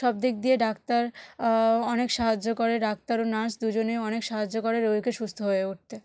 সব দিক দিয়ে ডাক্তার অনেক সাহায্য করে ডাক্তার ও নার্স দুজনে অনেক সাহায্য করে রোগীকে সুস্থ হয়ে উঠতে